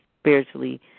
spiritually